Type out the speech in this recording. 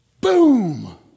Boom